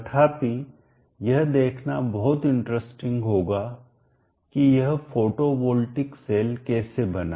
तथापि यह देखना बहुत इंटरेस्टिंग रुचि कर होगा की यह फोटो वोल्टिक सेल कैसे बना